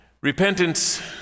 Repentance